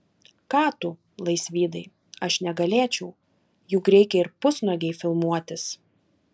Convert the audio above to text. ką tu laisvydai aš negalėčiau juk reikia ir pusnuogei filmuotis